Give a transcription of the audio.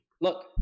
look